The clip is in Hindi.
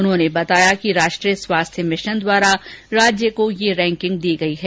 उन्होंने बताया कि राष्ट्रीय स्वास्थ्य मिशन द्वारा राज्य को ये रैंकिंग दी गई है